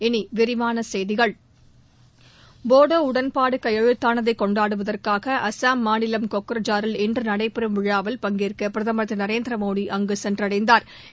இனி விரிவான செய்திகள் போடோ உடன்பாடு கையெழுத்தாளதை கொண்டாடுவதற்காக அஸ்ஸாம் மாநிலம் கோக்ரஜாரில் இன்று நடைபெறும் விழாவில் பங்கேற்க பிரதமர் திரு நரேந்திர மோடி அங்கு சென்றடைந்தாா்